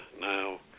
now